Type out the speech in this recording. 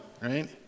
right